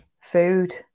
food